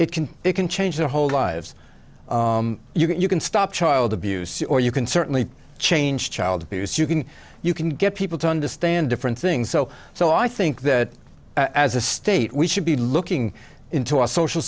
it can it can change their whole lives you can stop child abuse or you can certainly change child abuse you can you can get people to understand different things so so i think that as a state we should be looking into our social